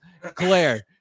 Claire